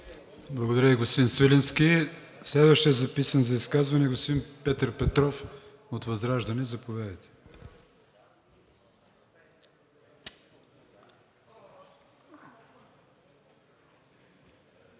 Благодаря Ви, господин Свиленски. Следващият записан за изказване е господин Петър Петров от ВЪЗРАЖДАНЕ – заповядайте.